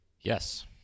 Yes